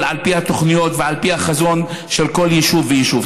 על פי התוכניות ועל פי החזון של כל יישוב ויישוב.